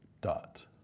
Dot